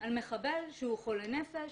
על מחבל שהוא חולה נפש,